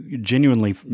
genuinely